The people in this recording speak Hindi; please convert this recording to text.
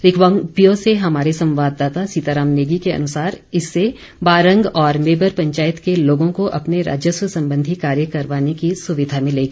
रिकांगपिओ से हमारे संवाद्दाता सीताराम नेगी के अनुसार इससे बारंग और मेबर पंचायत के लोगों को अपने राजस्व संबंधी कार्य करवाने की सुविधा मिलेगी